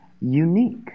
unique